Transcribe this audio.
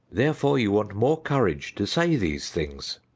therefore, you want more courage to say these things.